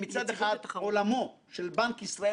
החלטנו שזה נושא עמוק,